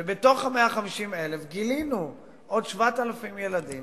ובתוך ה-150,000 גילינו עוד 7,000 ילדים